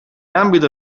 ambito